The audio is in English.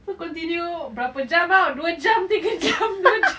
continue berapa jam ah dua jam tiga jam dua jam